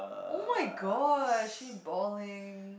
[oh]-my-gosh she balling